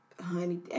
Honey